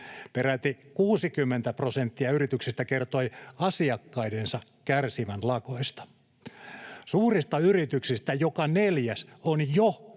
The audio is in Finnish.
Peräti 60 prosenttia yrityksistä kertoi asiakkaidensa kärsivän lakoista. Suurista yrityksistä joka neljäs on jo